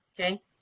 Okay